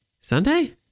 Sunday